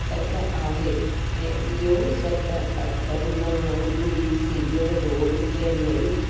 सत आहे ऐं इहो सत अठ नव ॿुड़ी सीडर रोड चेनई